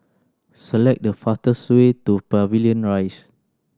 select the fastest way to Pavilion Rise